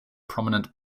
prominent